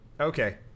Okay